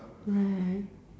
right